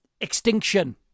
Extinction